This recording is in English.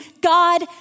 God